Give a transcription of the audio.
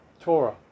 Torah